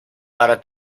para